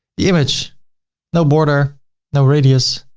the image no border, no radius,